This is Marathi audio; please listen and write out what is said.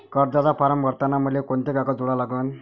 कर्जाचा फारम भरताना मले कोंते कागद जोडा लागन?